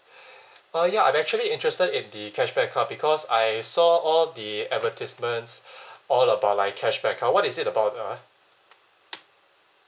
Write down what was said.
uh ya I'm actually interested in the cashback card because I saw all the advertisements all about like cashback card what is it about ah